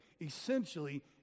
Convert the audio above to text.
Essentially